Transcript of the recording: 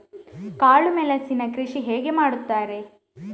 ಕಾಳು ಮೆಣಸಿನ ಕೃಷಿ ಹೇಗೆ ಮಾಡುತ್ತಾರೆ?